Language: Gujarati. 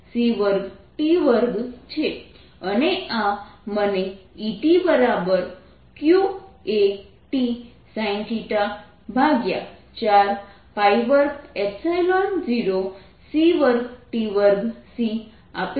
અને આ મને Etqa t sin θ420c2t2c આપે છે